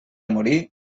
morir